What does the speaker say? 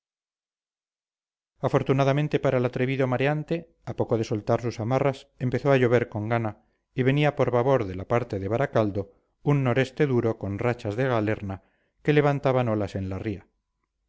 afortunadamente para el atrevido mareante a poco de soltar sus amarras empezó a llover con gana y venía por babor de la parte de baracaldo un noroeste duro con rachas de galerna que levantaban olas en la ría